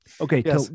Okay